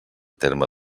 terme